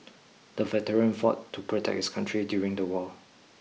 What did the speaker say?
the veteran fought to protect his country during the war